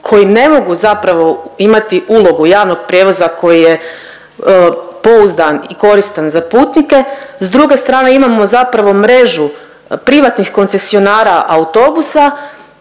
koji ne mogu zapravo imati ulogu javnog prijevoza koji je pouzdan i koristan za putnike, s druge strane imamo zapravo mrežu privatnih koncesionara autobusa,